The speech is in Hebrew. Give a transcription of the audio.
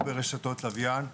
או ברשתות לווין,